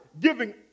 giving